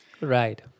Right